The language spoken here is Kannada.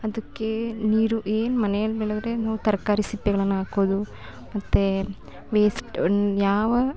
ಅದಕ್ಕೆ ನೀರು ಏನು ಮನೆಯಲ್ಲಿ ಬೆಳೆದರೆ ನಾವು ತರಕಾರಿ ಸಿಪ್ಪೆಗಳನ್ನು ಹಾಕೋದು ಮತ್ತು ವೇಸ್ಟ್ ಯಾವ